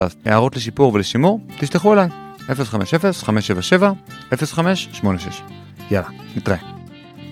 הערות לשיפור ולשימור, תשלחו אלי 050-577-0586. יאללה נתראה